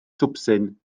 twpsyn